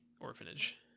orphanage